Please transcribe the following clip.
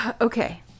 Okay